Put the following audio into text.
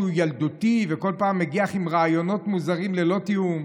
שהוא ילדותי וכל פעם מגיח עם רעיונות מוזרים ללא תיאום,